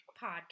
podcast